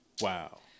Wow